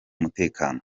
umutekano